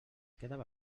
quedara